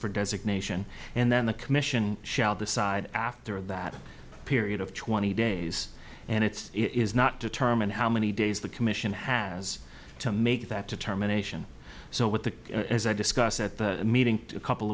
for designation and then the commission shall decide after that period of twenty days and it is not determined how many days the commission has to make that determination so what the as i discussed at the meeting a couple